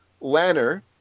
Lanner